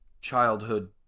childhood